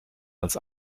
als